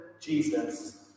Jesus